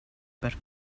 per